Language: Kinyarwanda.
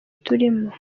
turimo